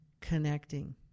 connecting